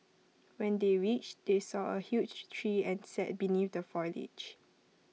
when they reached they saw A huge tree and sat beneath the foliage